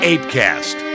Apecast